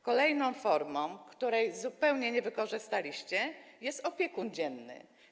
Kolejną formą, której zupełnie nie wykorzystaliście, jest opiekun dzienny.